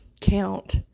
count